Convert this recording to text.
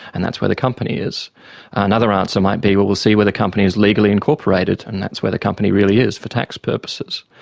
and that's where the company is. and another answer might be we'll we'll see where the company is legally incorporated, and that's where the company really is for tax purposes.